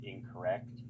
incorrect